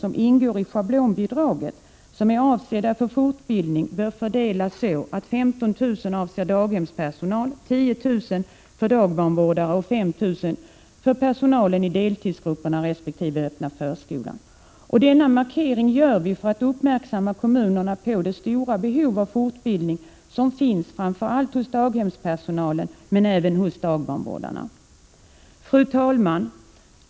som ingår i schablonbidraget och är avsedda för fortbildning bör fördelas så att 15 000 kr. avser fortbildning för daghemspersonal, 10 000 kr. för dagbarnvårdare och 5 000 kr. för personalen i deltidsgrupperna resp. den öppna förskolan. Denna markering görs för att uppmärksamma kommunerna på det stora behov av fortbildning som 93 finns, framför allt hos daghemspersonalen men även hos dagbarnvårdarna. Fru talman!